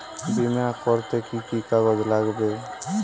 বিমা করতে কি কি কাগজ লাগবে?